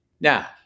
Now